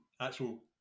actual